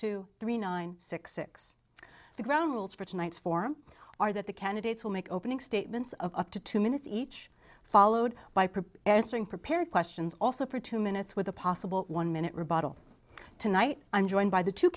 two three nine six six the ground rules for tonight's form are that the candidates will make opening statements up to two minutes each followed by pretty prepared questions also for two minutes with a possible one minute rebuttal tonight i'm joined by the two